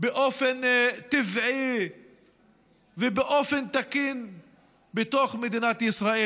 באופן טבעי ובאופן תקין בתוך מדינת ישראל.